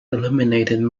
eliminated